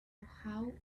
how